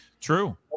true